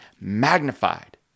magnified